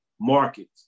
markets